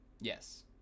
Yes